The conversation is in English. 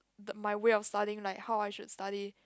my way of studying like how I should study